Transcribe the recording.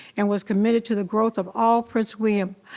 and was committed to the growth of all prince william,